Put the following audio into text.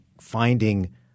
finding